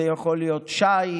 זה יכול להיות שיט,